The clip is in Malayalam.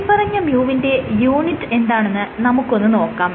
മേല്പറഞ്ഞ µ വിന്റെ യൂണിറ്റ് എന്താണെന്ന് നമുക്കൊന്ന് നോക്കാം